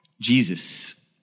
Jesus